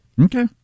Okay